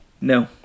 no